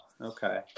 Okay